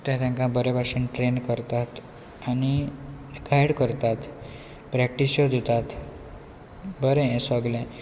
ते तांकां बरे भाशेन ट्रेन करतात आनी गायड करतात प्रॅक्टिस्यो दितात बरें हें सगलें